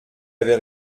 avait